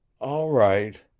all right